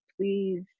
please